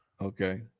Okay